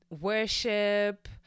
worship